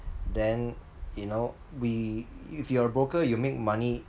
then you know we if you're a broker you make money